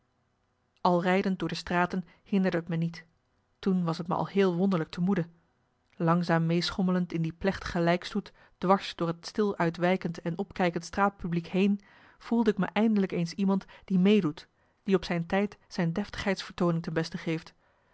al rijdend door de straten hinderde t me niet toen was t me al heel wonderlijk te moede langzaam meeschommelend in die plechtige lijkstoet dwars door het stil uitwijkend en opkijkend straatpubliek heen voelde ik me eindelijk eens iemand die meedoet die op zijn tijd zijn deftigheidsvertooning ten beste geeft